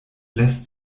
lässt